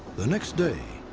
the next day,